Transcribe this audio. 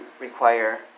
require